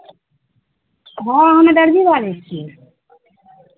हँ हमे दरजी बाजै छियै